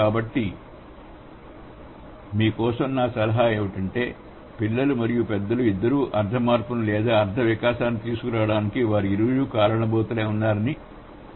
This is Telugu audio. కాబట్టి మీ కోసం నా సలహా ఏమిటంటే పిల్లలు మరియు పెద్దలు ఇద్దరూ అర్థ మార్పును లేదా అర్థ వికాసాన్ని తీసుకురావడానికి వారు ఇరువురు కారణభూతులైన ఉన్నారని మనం అర్థం చేసుకోవాలి